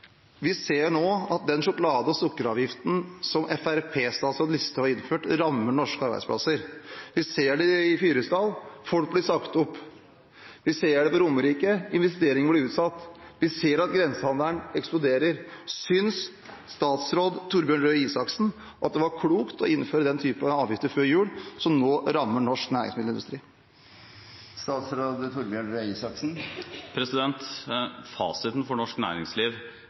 Vi ser nå at den sjokolade- og sukkeravgiften som Fremskrittsparti-statsråd Listhaug har innført, rammer norske arbeidsplasser. Vi ser det i Fyresdal – folk blir sagt opp. Vi ser det på Romerike – investeringer blir utsatt. Vi ser at grensehandelen eksploderer. Synes statsråd Torbjørn Røe Isaksen at det var klokt å innføre den typen avgifter før jul som nå rammer norsk næringsmiddelindustri?